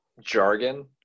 jargon